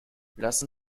lassen